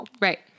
Right